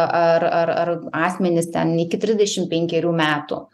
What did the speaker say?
ar ar ar asmenis ten iki trisdešim penkerių metų